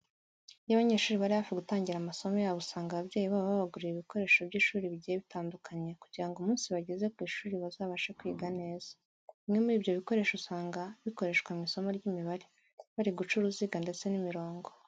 Iyo abanyeshuri bari hafi gutangira amasomo yabo usanga ababyeyi babo babagurira ibikoresho by'ishuri bigiye bitandukanye kugira ngo umunsi bageze ku ishuri bazabashe kwiga neza. Bimwe muri ibyo bikoresho usanga bikoreshwa mu isomo ry'imibare, bari guca uruziga ndetse n'imirongo.